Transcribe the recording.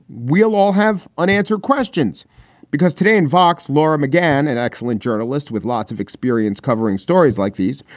we'll all have unanswered questions because today in vox, laura mcgann, an excellent journalist with lots of experience covering stories like these,